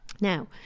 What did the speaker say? Now